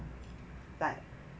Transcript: but